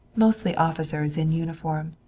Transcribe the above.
mostly officers in uniform.